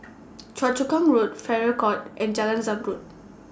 Choa Chu Kang Road Farrer Court and Jalan Zamrud